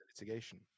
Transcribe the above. litigation